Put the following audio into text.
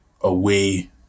away